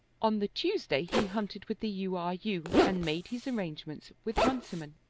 on the tuesday he hunted with the u. r. u, and made his arrangements with runciman.